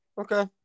Okay